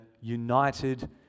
united